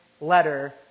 letter